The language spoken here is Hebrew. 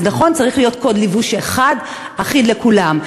אז נכון, צריך להיות קוד לבוש אחד, אחיד לכולם.